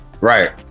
right